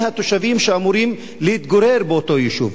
מי התושבים שאמורים להתגורר באותו יישוב.